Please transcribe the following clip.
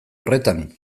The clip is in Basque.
horretan